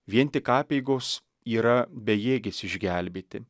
vien tik apeigos yra bejėgės išgelbėti